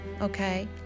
okay